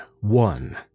one